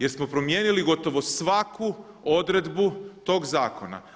Jer smo promijenili gotovo svaku odredbu tog zakona.